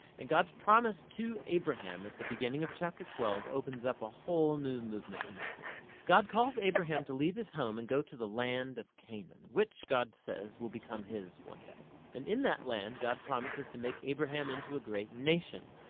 and god's promise to abraham at the beginning of chapter twelve opens up a whole new movement in the story. god calls abraham to leave his home and go to the land of canaan which god says will become his one day. and in that land, god promises to make abraham into a great nation,